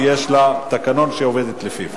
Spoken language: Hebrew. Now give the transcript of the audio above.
ויש לה תקנון שהיא עובדת לפיו.